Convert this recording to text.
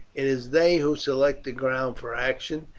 it is they who select the ground for action,